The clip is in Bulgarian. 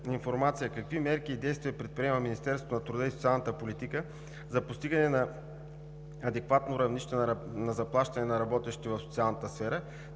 какви мерки и действия предприема Министерството на труда и социалната политика за постигане на адекватно равнище на заплащане на работещите в социалната сфера?